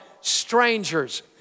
strangers